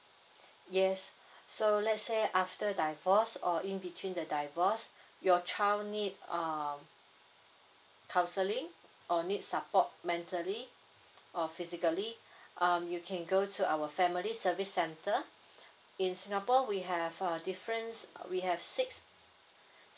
yes so let's say after divorce or in between the divorce your child need um counselling or need support mentally or physically um you can go to our family service center in singapore we have uh difference we have six